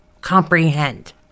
comprehend